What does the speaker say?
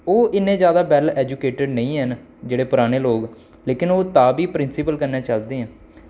ओह् इन्ने जादा वैल्ल एजूकेटेड नेईं हैन जेह्ड़े पराने लोग लोकिन ओह् तां बी प्रिंसीपल कन्नै चलदे आं